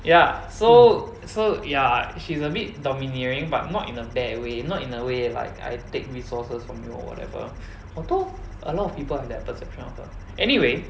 ya so so ya she's a bit domineering but not in a bad way not in the way like I take resources from you or whatever although a lot of people have that perception of her anyway